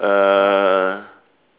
uh